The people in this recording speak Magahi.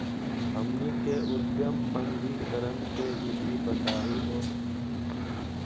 हमनी के उद्यम पंजीकरण के विधि बताही हो?